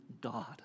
God